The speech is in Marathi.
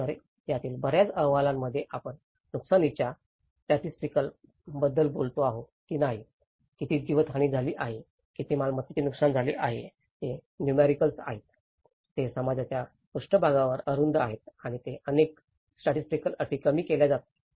तर यातील बर्याच अहवालांमध्ये आपण नुकसानीच्या स्टॅटिस्टिकल बद्दल बोललो आहोत की नाही किती जीवित हानी झाली आहे किती मालमत्तेचे नुकसान झाले आहे ते नुमेरिकल्स आहेत ते समाजाच्या पृष्ठभागावर अरुंद आहेत आणि ते अनेकदा स्टॅटिस्टिकल अटी कमी केली जाते